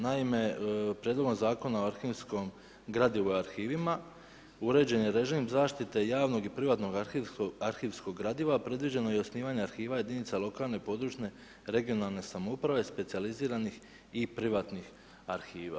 Naime, Prijedlogom Zakona o arhivskog gradivu i arhivima uređen je režim zaštite javnog i privatnog arhivskog gradiva, predviđeno je i osnivanje arhiva jedinica lokalne i područne (regionalne) samouprave, specijaliziranih i privatnih arhiva.